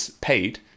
paid